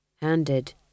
Handed